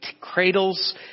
cradles